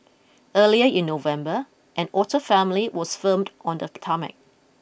earlier in November an otter family was firmed on the tarmac